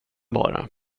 bara